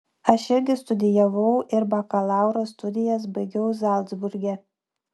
aš irgi studijavau ir bakalauro studijas baigiau zalcburge